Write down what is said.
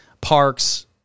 parks